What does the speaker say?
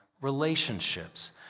relationships